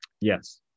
Yes